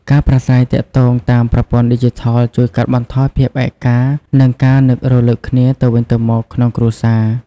ការប្រាស្រ័យទាក់ទងតាមប្រព័ន្ធឌីជីថលជួយកាត់បន្ថយភាពឯកា និងការនឹករឭកគ្នាទៅវិញទៅមកក្នុងគ្រួសារ។